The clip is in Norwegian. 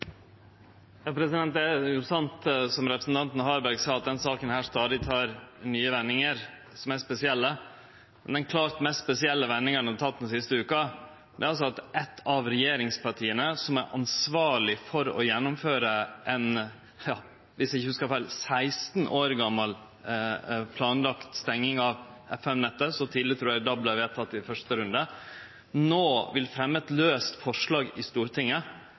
Det er sant, som representanten Harberg sa, at denne saka stadig tek nye og spesielle vendingar. Den klart mest spesielle vendinga ho har teke den siste veka, er at eitt av regjeringspartia som er ansvarleg for å gjennomføre ei 16 år gamal planlagd stenging av FM-nettet – for så tidleg trur eg DAB vart vedteke i første runde – no vil fremje eit laust forslag i Stortinget